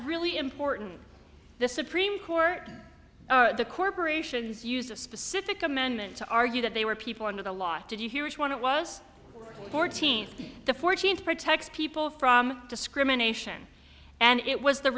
really important the supreme court the corporations use a specific amendment to argue that they were people under the law did you hear which one it was fourteenth the fourteenth protects people from discrimination and it was the